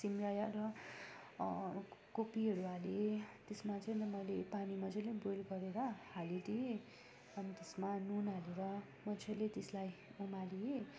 सिमरायो र कोपीहरू हालेँ त्यसमा चाहिँ मैले पानी मजाले बोयल गरेर हालिदिएँ अनि त्यसमा नुन हालेर मजाले त्यसलाई उमाले